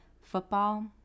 football